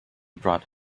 brought